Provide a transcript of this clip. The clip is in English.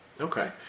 Okay